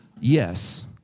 Yes